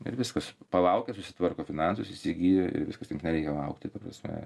ir viskas palaukia susitvarko finansus įsigyja ir viskas tik nereikia laukti ta prasme